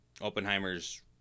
Oppenheimer's